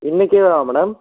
இன்னைக்கேவா madam